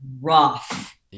rough